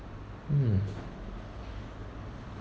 hmm